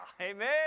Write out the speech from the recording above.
Amen